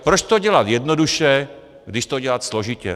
Proč to dělat jednoduše, když to jde dělat složitě.